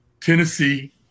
Tennessee